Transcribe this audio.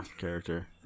character